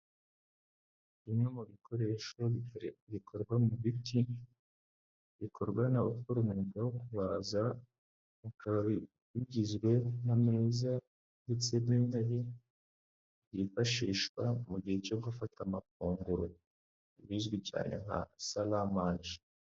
Bimwe mu bikoresho bikorwa mu biti bikorwa n'abakora umwuga wo kubaza, bikaba bigizwe n'ameza ndetse n'intebe byifashishwa mu gihe cyo gufata amafunguro, ibizwi cyane nka saramanje.